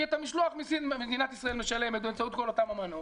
כי את המשלוח מסין מדינת ישראל משלמת באמצעות כל אותן אמנות.